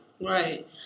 Right